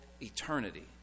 eternity